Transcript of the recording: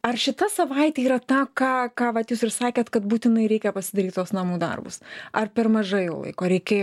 ar šita savaitė yra tą ką ką vat jūs ir sakėt kad būtinai reikia pasidaryti tuos namų darbus ar per mažai laiko reikėjo